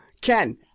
Ken